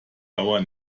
dauer